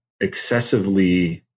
excessively